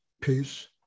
peace